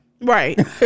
Right